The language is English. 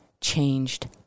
changed